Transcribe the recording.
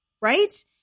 right